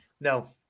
No